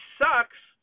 sucks